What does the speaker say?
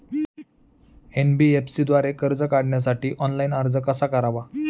NBFC द्वारे कर्ज काढण्यासाठी ऑनलाइन अर्ज कसा करावा?